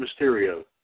Mysterio